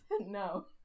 No